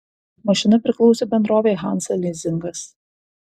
mašina priklausė bendrovei hansa lizingas